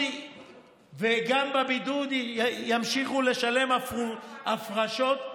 בבידוד גם ימשיכו לשלם הפרשות.